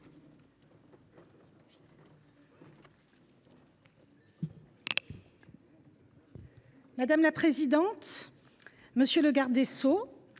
Madame la présidente, monsieur le garde des sceaux,